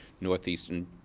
northeastern